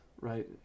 right